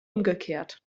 umgekehrt